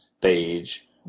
page